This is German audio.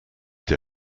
der